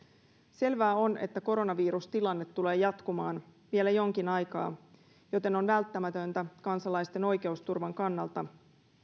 selvää on että koronavirustilanne tulee jatkumaan vielä jonkin aikaa joten on välttämätöntä kansalaisten oikeusturvan kannalta